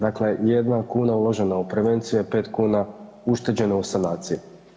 Dakle, jedna kuna uložena u prevenciju je pet kuna ušteđeno u sanaciji.